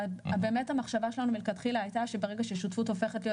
באמת המחשבה שלנו מלכתחילה הייתה שברגע שותפות הופכת להיות